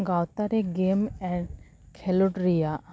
ᱜᱟᱶᱛᱟᱨᱮ game and ᱠᱷᱮᱞᱳᱰ ᱨᱮᱭᱟᱜ